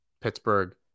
Pittsburgh